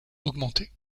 augmenté